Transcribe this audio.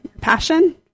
passion